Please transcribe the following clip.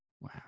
Wow